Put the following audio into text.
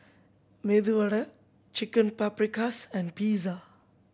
Medu Chicken Paprikas and Pizza